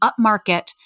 upmarket